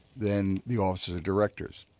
than the officers or directors.